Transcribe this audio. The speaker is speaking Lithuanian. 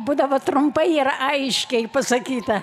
būdavo trumpai ir aiškiai pasakyta